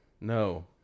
No